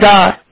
God